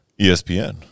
ESPN